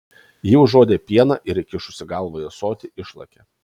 ji užuodė pieną ir įkišusi galvą į ąsotį išlakė